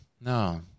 no